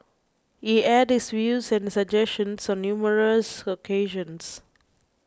he aired his views and suggestions on numerous occasions